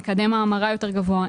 מקדם ההמרה יותר גבוה,